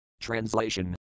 TRANSLATION